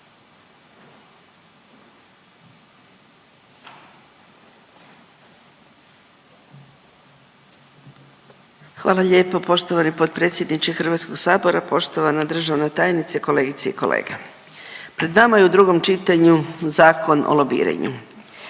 Hvala potpredsjedniče Hrvatskog sabora. Poštovana državna tajnice, kolegice i kolege. Pred nama je u drugom čitanju Zakon o lobiranju.